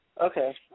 Okay